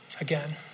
Again